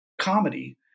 comedy